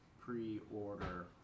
pre-order